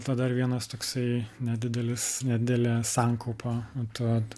ta dar vienas toksai nedidelis nedidelė sankaupa tad